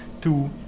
two